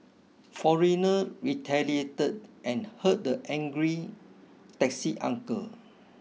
foreigner retaliated and hurt the angry taxi uncle